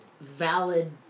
valid